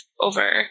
over